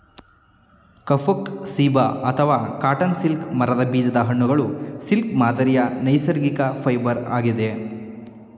ಕಫುಕ್ ceiba ಅಥವಾ cotton silk ಮರದ ಬೀಜದ ಹಣ್ಣುಗಳು ಸಿಲ್ಕ್ ಮಾದರಿಯ ನೈಸರ್ಗಿಕ ಫೈಬರ್ ಆಗಿದೆ